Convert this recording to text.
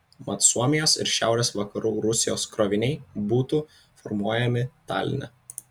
mat suomijos ir šiaurės vakarų rusijos kroviniai būtų formuojami taline